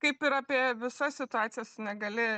kaip ir apie visas situacijas negali